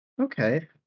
Okay